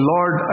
Lord